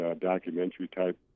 documentary-type